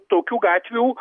tokių gatvių